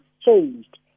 changed